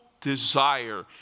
desire